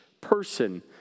person